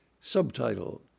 subtitle